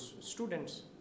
students